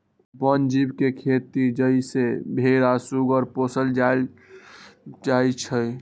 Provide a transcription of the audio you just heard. वन जीव के खेती जइसे भेरा सूगर पोशल जायल जाइ छइ